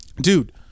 Dude